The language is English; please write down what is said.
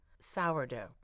sourdough